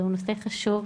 זהו נושא חשוב,